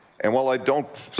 and while i don't